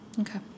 Okay